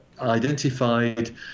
identified